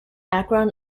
akron